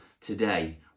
today